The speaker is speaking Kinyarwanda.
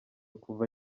kuva